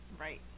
Right